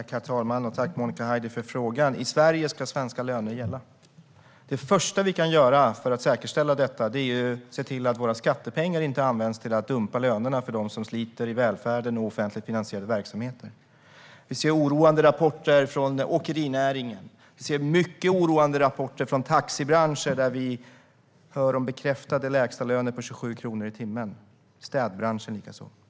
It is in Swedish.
Herr talman! Jag tackar Monica Haider för frågan. I Sverige ska svenska löner gälla. Det första vi kan göra för att säkerställa detta är att se till att våra skattepengar inte används till att dumpa lönerna för dem som sliter i välfärden och i offentligt finansierad verksamhet. Vi får oroande rapporter från åkerinäringen. Vi får mycket oroande rapporter från taxibranschen om bekräftade lägstalöner på 27 kronor i timmen. Detsamma gäller städbranschen.